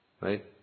right